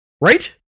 Right